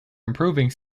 improving